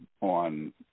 on